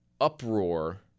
uproar